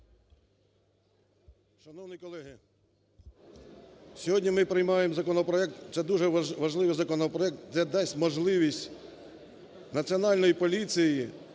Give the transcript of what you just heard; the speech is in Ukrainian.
Шановні колеги, сьогодні ми приймаємо законопроект - це дуже важливий законопроект, - який дасть можливість Національній поліції